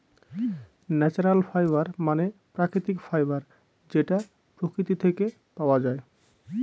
natural fibre মানে প্রাকৃতিক fibre যেটা প্রকৃতি থেকে পাওয়া যায়